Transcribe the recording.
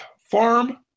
farm